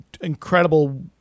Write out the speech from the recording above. incredible